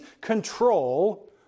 control